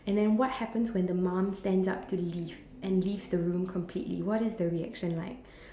and then what happens when the mum stands up to leave and leave the room completely what is the reaction like